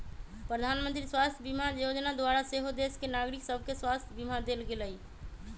प्रधानमंत्री स्वास्थ्य बीमा जोजना द्वारा सेहो देश के नागरिक सभके स्वास्थ्य बीमा देल गेलइ